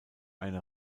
eine